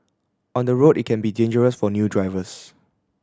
on the road it can be dangerous for new drivers